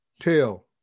tail